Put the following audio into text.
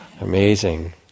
amazing